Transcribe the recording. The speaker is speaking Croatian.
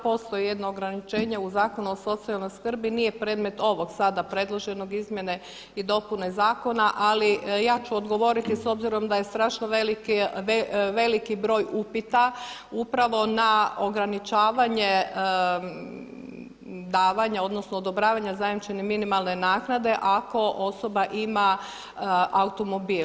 Postoji jedno ograničenje u Zakonu o socijalnoj skrbi, nije predmet ovog sada predloženog, izmjene i dopune Zakona ali ja ću odgovoriti s obzirom da je strašno veliki broj upita upravo na ograničavanje davanja odnosno odobravanja zajamčene minimalne naknade ako osoba ima automobil.